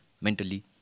Mentally